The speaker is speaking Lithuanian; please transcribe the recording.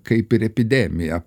kaip ir epidemija